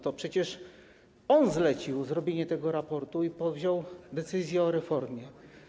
To przecież on zlecił przygotowanie tego raportu i powziął decyzję o reformie.